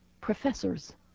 professors